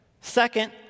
Second